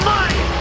Money